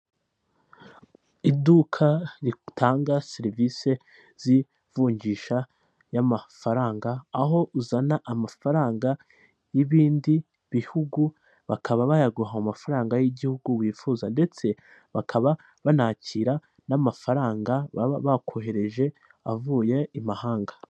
Iduka ritanga serivise z'ivunjisha y'amafaranga aho uzana amafaranga y'ibindi bihugu, bakaba bayaguha mu mafaranga y'igihugu wifuza ndetse bakaba banakira n'amafaranga baba bakoherereje avuye i mahanga.